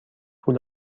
پول